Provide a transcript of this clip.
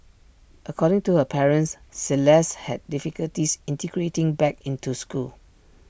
according to her parents celeste had difficulties integrating back into school